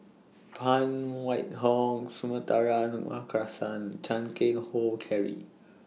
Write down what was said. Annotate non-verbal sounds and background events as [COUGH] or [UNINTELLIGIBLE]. Phan Wait Hong [UNINTELLIGIBLE] Markasan Chan Keng Howe Harry